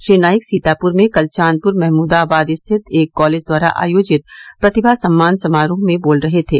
श्री नाईक सीतापुर में कल चांदपुर महमूदाबाद स्थित एक कॉलेज द्वारा आयोजित प्रतिभा सम्मान समारोह में बोल रहे थे